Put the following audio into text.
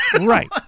Right